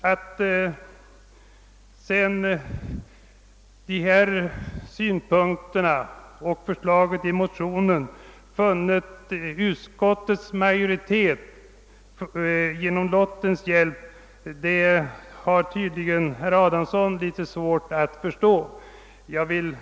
Att motionsförslaget vunnit utskottets majoritet med lottens hjälp har tydligen herr Adamsson litet svårt att acceptera.